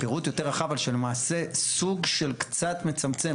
פירוט יותר רחב שלמעשה סוג של קצת מצמצם.